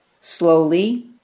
slowly